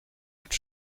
autre